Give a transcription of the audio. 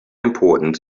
important